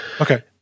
Okay